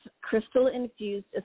crystal-infused